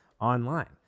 online